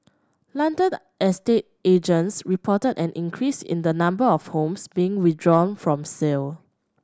London estate agents reported an increase in the number of homes being withdrawn from sale